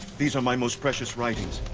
these are my most precious writings,